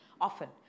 often